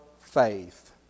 faith